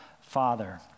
Father